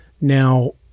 Now